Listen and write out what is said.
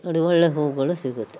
ಒಂದು ಒಳ್ಳೆಯ ಹೂಗಳು ಸಿಗುತ್ತೆ